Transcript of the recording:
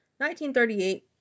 1938